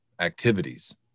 activities